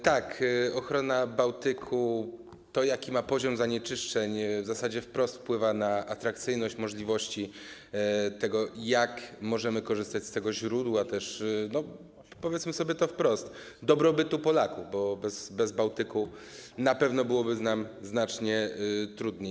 Tak, ochrona Bałtyku, to, jaki ma on poziom zanieczyszczeń, w zasadzie wprost wpływa na atrakcyjność, na to, jak możemy korzystać z tego źródła, powiedzmy to sobie wprost, dobrobytu Polaków, bo bez Bałtyku na pewno byłoby nam znacznie trudniej.